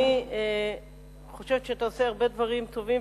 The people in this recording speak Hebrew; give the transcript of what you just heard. אני חושבת שאתה עושה הרבה דברים טובים,